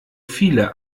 viele